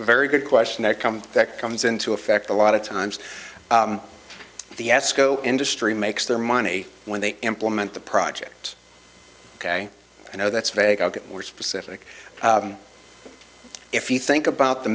very good question that comes that comes into effect a lot of times the asco industry makes their money when they implement the project ok i know that's vague i'll get more specific if you think about the